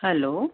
hello